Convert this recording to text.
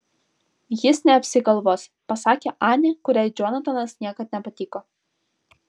jis neapsigalvos pasakė anė kuriai džonatanas niekad nepatiko